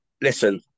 listen